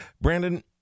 Brandon